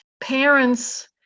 parents